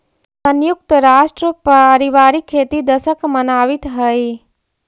संयुक्त राष्ट्र पारिवारिक खेती दशक मनावित हइ